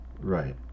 right